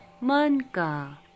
manka